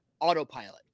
autopilot